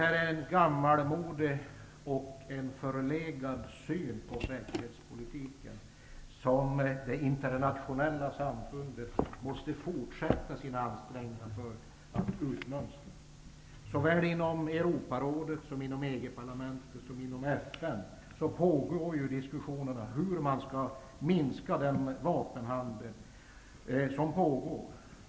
Det är en gammalmodig och förlegad syn på svenskhetspolitiken som det internationella samfundet måste fortsätta sina ansträngningar att utmönstra. Både inom Europarådet, EG parlamentet och FN pågår diskussioner om hur man skall minska den vapenhandel som pågår.